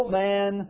man